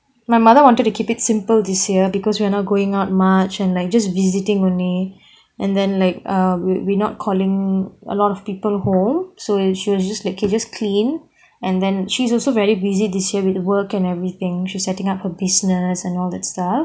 my mother wanted to keep it simple this year because we're not going out much and like just visiting only and then like err we not calling a lot of people home so as she was just like K just clean and then she's also very busy this year with work and everything she setting up her business and all that stuff